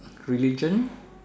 religion